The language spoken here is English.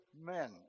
men